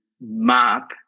map